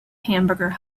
hamburger